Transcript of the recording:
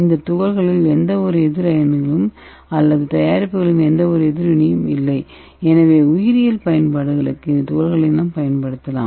இந்த துகள்களில் எந்தவொரு எதிர் அயனிகளும் அல்லது தயாரிப்புகளின் எந்தவொரு எதிர்வினையும் இல்லை எனவே உயிரியல் பயன்பாடுகளுக்கு இந்த துகள்களைப் பயன்படுத்தலாம்